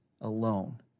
alone